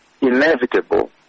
inevitable